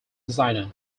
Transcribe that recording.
designer